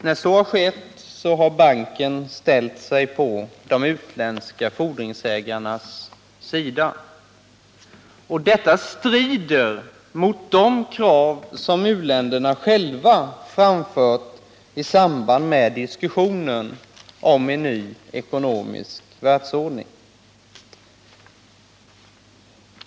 När så har skett har banken ställt sig på de utländska fordringsägarnas sida, vilket strider mot de krav som u-länderna själva framfört i samband med diskussionen om en ny ekonomisk världsordning.